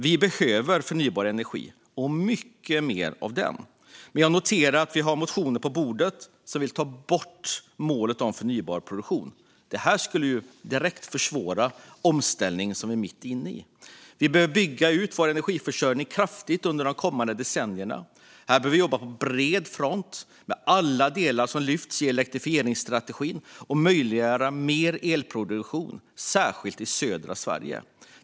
Vi behöver förnybar energi - och mycket mer av den. Men jag noterar att vi har motioner på bordet som handlar om att ta bort målet om förnybar produktion, vilket skulle direkt försvåra den omställning vi är mitt inne i. Vi behöver bygga ut vår energiförsörjning kraftigt under de kommande decennierna. Här behöver vi jobba på bred front med alla de delar som lyfts i elektrifieringsstrategin och möjliggöra mer elproduktion, särskilt i södra Sverige.